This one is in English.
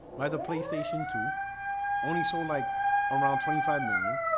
by the playstation two only so like around twenty five million